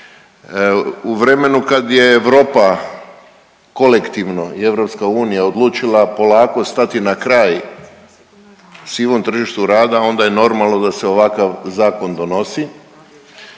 u vremenu kad je Europa kolektivno i EU odlučila polako stati na kraj sivom tržištu rada onda je normalno da se ovakav zakon donosi